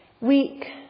weak